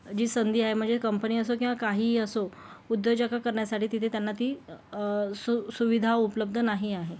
जी संधी आहे म्हणजे कंपनी असो किंवा काहीही असो उद्योजका करण्यासाठी तिथे त्यांना ती सु सुविधा उपलब्ध नाही आहे